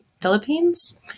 Philippines